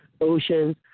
oceans